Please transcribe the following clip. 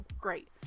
Great